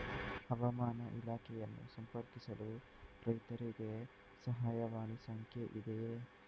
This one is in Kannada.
ಹವಾಮಾನ ಇಲಾಖೆಯನ್ನು ಸಂಪರ್ಕಿಸಲು ರೈತರಿಗೆ ಸಹಾಯವಾಣಿ ಸಂಖ್ಯೆ ಇದೆಯೇ?